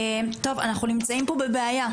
טוב, אנחנו נמצאים פה בבעיה,